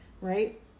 Right